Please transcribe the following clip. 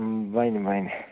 بنہِ بنہِ